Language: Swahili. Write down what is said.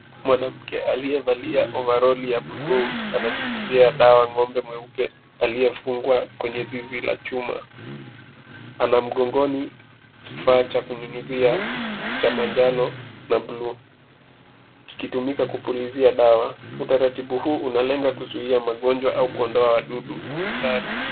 Mwanamke aliyevalia overoli ya bluu ananiuzia dawa ng'ombe mweupe aliyefungwa kwenye zizi la chuma. Anamgong'oni, kifaa cha kunyunyuzia, cha manjano, na bluu. Kikitumika kupulizia dawa. Utaratibu huu unalenga kunyunyuzia magonjwa au kuondoa wadudu hatari.